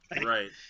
Right